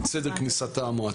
את סדר כניסת המועצות,